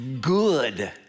good